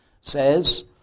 says